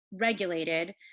regulated